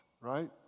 right